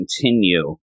continue